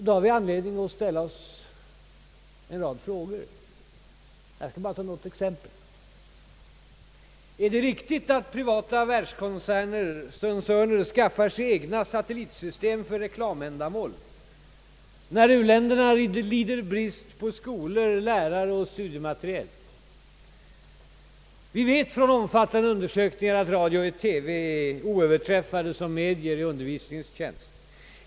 Då har vi anledning att ställa oss en rad frågor; jag skall bara ta något exempel. är det riktigt att privata världskoncerner skaffar sig egna satellitsystem för reklamändamål, när u-länderna lider brist på skolor, lärare och studiemateriel? Vi vet från omfattande undersökningar att radio och TV är oöverträffade som medier i undervisningens tjänst.